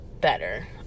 better